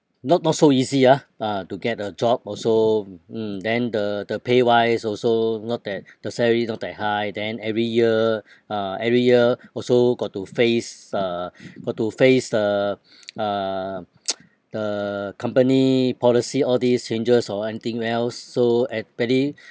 not not so easy ah ah to get a job also mm then the the pay-wise also not that the salary not that high then every year ah every year also got to face uh got to face the uh the company policy all these changes or anything else so at very